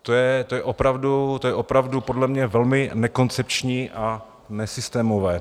To je opravdu, to je opravdu podle mě velmi nekoncepční a nesystémové.